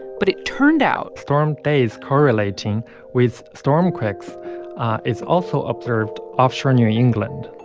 but it turned out. storm days correlating with stormquakes is also observed offshore new england